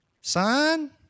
son